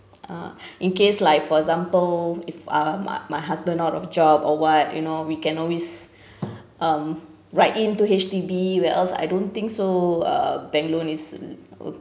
ah in case like for example if uh my my husband out of job or what you know we can always um write in to H_D_B where else I don't think so uh bank loan is